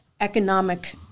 economic